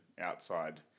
outside